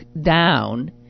down